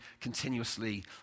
continuously